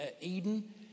Eden